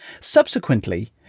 Subsequently